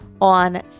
on